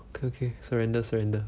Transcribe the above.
okay okay surrender surrender